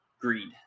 greed